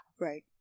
right